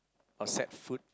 or set foot